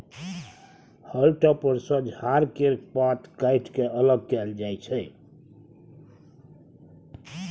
हाउल टॉपर सँ झाड़ केर पात काटि के अलग कएल जाई छै